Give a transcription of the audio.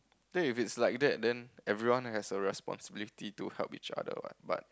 then if it's like that then everyone has a responsibility to help each other what but